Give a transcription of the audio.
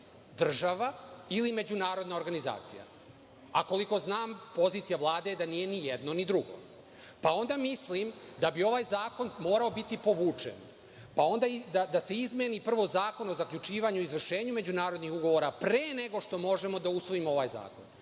država ili međunarodna organizacija, a koliko znam, pozicija Vlade je da nije ni jedno, ni drugo. Onda mislim da bi ovaj zakon morao biti povučen, pa da se prvo izmeni Zakon o zaključivanju i izvršenju međunarodnih ugovora pre nego što možemo da usvojimo ovaj zakon,